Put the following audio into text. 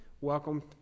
welcome